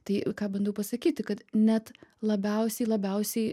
tai ką bandau pasakyti kad net labiausiai labiausiai